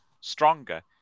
stronger